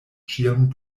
ĉiam